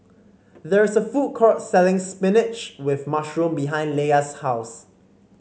there is a food court selling spinach with mushroom behind Leia's house